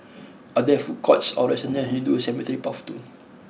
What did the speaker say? are there food courts or restaurants near Hindu Cemetery Path two